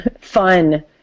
Fun